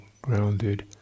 grounded